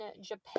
Japan